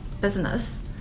business